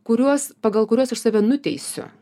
kuriuos pagal kuriuos iš save nuteisiu